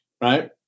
right